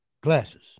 glasses